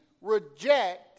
reject